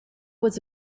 was